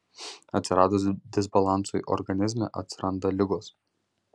atsiradus disbalansui organizme atsiranda ligos